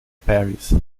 paris